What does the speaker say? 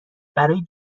برای